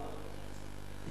אמן.